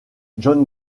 jon